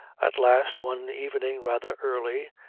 at last, one evening rather early,